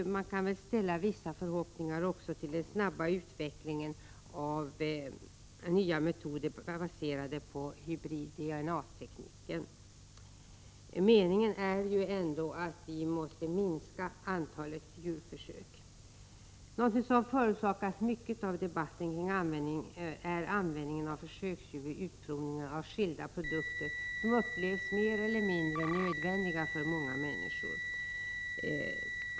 Man kan hysa vissa förhoppningar om en snabb utveckling av nya metoder baserade på hybrid-DNA-tekniken. Meningen är ändå att vi skall minska antalet djurförsök. Någonting som förorsakat mycken debatt är användningen av djurförsök vid utprovning av skilda produkter som upplevs mer eller mindre onödiga av många människor.